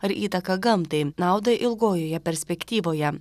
ar įtaką gamtai naudą ilgojoje perspektyvoje